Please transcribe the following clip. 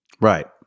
Right